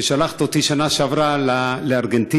כששלחת אותי בשנה שעברה לארגנטינה,